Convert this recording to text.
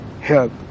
help